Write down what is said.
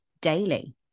daily